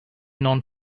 known